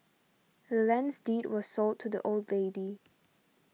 the land's deed was sold to the old lady